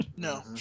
No